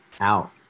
out